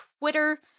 Twitter